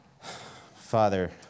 Father